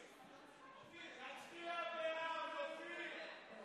תצביע בעד, אופיר.